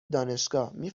دانشگاهمی